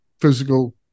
physical